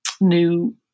new